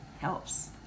helps